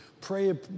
Pray